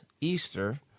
Easter